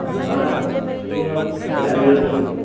धाणा थी वेंदो चालीह रुपिए किलो